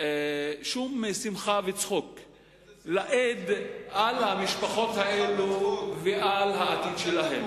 שום צחוק ושמחה לאיד על המשפחות האלה ועל העתיד שלהן.